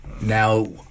Now